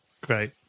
Great